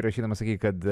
rašydama sakei kad